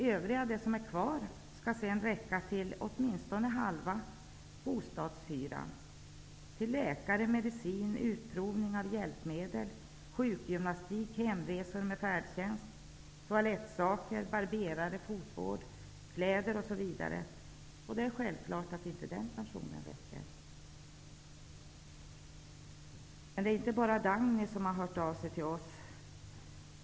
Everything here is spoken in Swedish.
Det som är kvar skall räcka till åtminstone hälften av bostadshyran, läkarbesök, medicin, utprovning av hjälpmedel, sjukgymnastik, hemresor med färdtjänst, toalettsaker, barberare, fotvård, kläder osv. Det är självklart att pensionen inte räcker. Men det är inte bara Dagny som har hört av sig till oss.